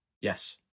Yes